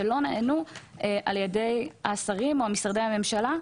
שלא נענו על ידי השרים או משרדי הממשלה.